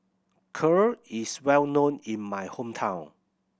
Kheer is well known in my hometown